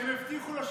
שהם הבטיחו לו,